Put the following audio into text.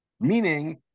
meaning